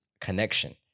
connection